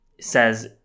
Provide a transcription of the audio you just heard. says